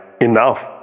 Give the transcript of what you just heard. enough